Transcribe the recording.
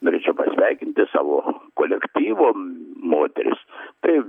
norėčiau pasveikinti savo kolektyvo moteris taip